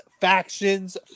factions